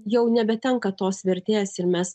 jau nebetenka tos vertės ir mes